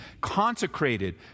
Consecrated